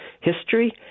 history